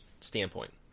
standpoint